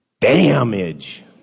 damage